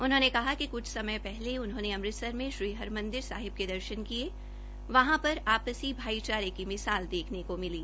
उन्होंने कहा कि कुछ समय पहले उन्होंने अमृतसर में श्री हरिमंदिर साहिब के दर्शन किए वहां पर आपसी भाईचारे की मिसाल देखने को मिली